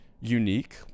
unique